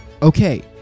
okay